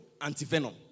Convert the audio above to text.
antivenom